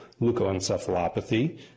leukoencephalopathy